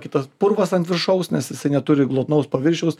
kitas purvas ant viršaus nes jisai neturi glotnaus paviršiaus